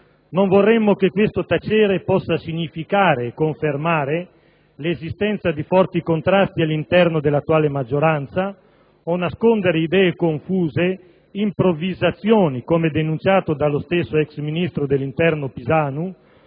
Non vorremmo che questo tacere possa significare e confermare l'esistenza di forti contrasti all'interno dell'attuale maggioranza o nascondere idee confuse, improvvisazioni, come denunciato dallo stesso ex ministro dell'interno Pisanu,